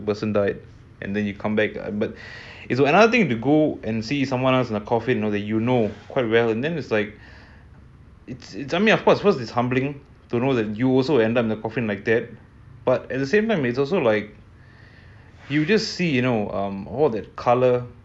oh the person died and then you come back but it's another thing to go and see someone else in a coffin you know the you know quite well and then it's like it's it's I mean of course was his humbling to know that you also ended the often like that but at the same time it's also like you just see you know um all that colour